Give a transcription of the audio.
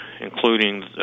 including